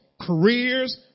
careers